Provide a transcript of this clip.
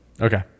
Okay